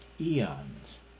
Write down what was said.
eons